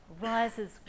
rises